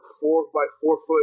four-by-four-foot